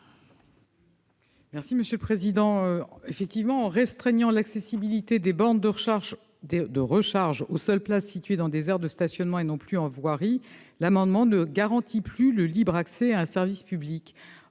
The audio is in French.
Quel est l'avis du Gouvernement ? En restreignant l'accessibilité des bornes de recharge aux seules places situées dans des aires de stationnement, et non plus en voirie, l'amendement ne garantit plus le libre accès à un service public.